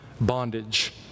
bondage